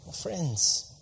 Friends